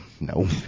No